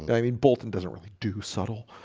i mean bolton doesn't really do subtle